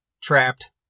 Trapped